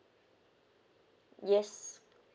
yes